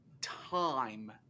time